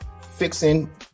fixing